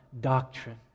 doctrine